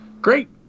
Great